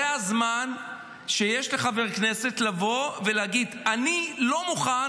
זה הזמן שיש לחבר הכנסת לבוא ולהגיד: אני לא מוכן